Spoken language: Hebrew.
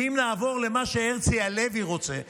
ואם נעבור למה שהרצי הלוי רוצה,